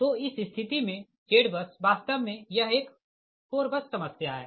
तो इस स्थिति मे ZBUS वास्तव मे यह एक 4 बस समस्या है